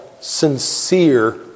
sincere